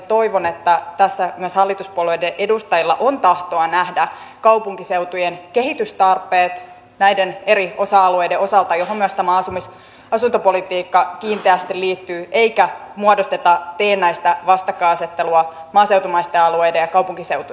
toivon että tässä myös hallituspuolueiden edustajilla on tahtoa nähdä kaupunkiseutujen kehitystarpeet näiden eri osa alueiden osalta joihin myös tämä asuntopolitiikka kiinteästi liittyy eikä muodosteta teennäistä vastakkainasettelua maaseutumaisten alueiden ja kaupunkiseutujen välillä